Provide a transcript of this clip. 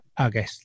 Okay